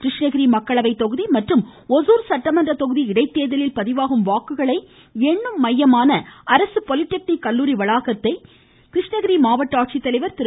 கிருஷ்ணகிரி மக்களவை தொகுதி மற்றும் ஒசூர் சட்டமன்ற தொகுதி இடைத்தேர்தலில் பதிவாகும் வாக்குகள் எண்ணும் மையமான அரசு பாலிடெக்னிக் கல்லூரி வளாகத்தை மாவட்ட ஆட்சித்தலைவர் திரு